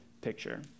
picture